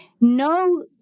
no